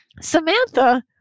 Samantha